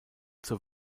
zur